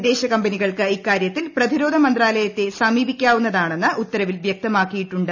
വിദേശ കമ്പനികൾക്ക് ഇക്കാര്യത്തിൽ പ്രതിരോധ മന്ത്രാലയത്തെ സമീപിക്കാവുന്നതാണെന്ന് ഉത്തരവിൽ വൃക്തമാക്കിയിട്ടുണ്ട്